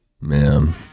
Man